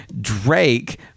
Drake